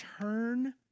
turn